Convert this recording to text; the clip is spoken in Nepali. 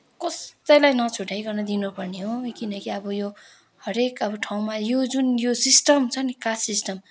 कसैलाई नछुट्याइकन दिनपर्ने हो किनकि अब यो हरेक अब ठाउँमा यो जुन यो सिस्टम छ नि कास्ट सिस्टम